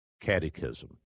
catechism